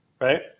right